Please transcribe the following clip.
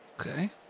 Okay